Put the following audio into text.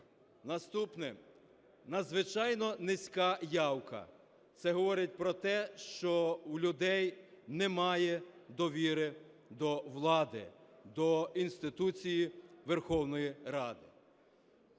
Наступне. Надзвичайно низька явка. Це говорить про те, що в людей немає довіри до влади, до інституції Верховної Ради.